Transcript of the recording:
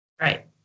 Right